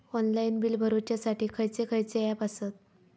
Online bill भरुच्यासाठी खयचे खयचे ऍप आसत?